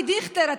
אבי דיכטר,